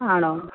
ആണോ